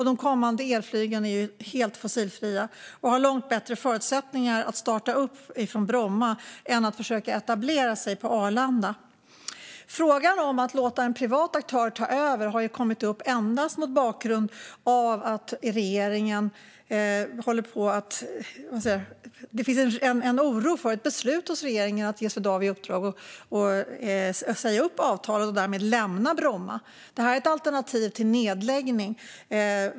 De kommande el-flygplanen är fossilfria och har långt bättre förutsättningar att flyga på Bromma än att försöka etablera sig på Arlanda." Frågan om att låta en privat aktör ta över har kommit upp endast mot bakgrund av att det finns en oro för att regeringen ska besluta att ge Swedavia i uppdrag att säga upp avtalen och därmed lämna Bromma. Detta är alltså ett alternativ till nedläggning.